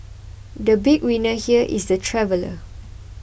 the big winner here is the traveller